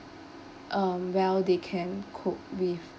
um well they can cope with